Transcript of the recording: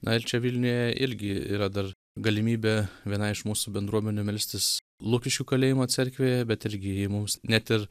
na ir čia vilniuje irgi yra dar galimybė vienai iš mūsų bendruomenių melstis lukiškių kalėjimo cerkvėje bet irgi ji mums net ir